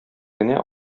генә